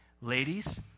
Ladies